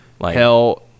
Hell